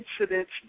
Incidents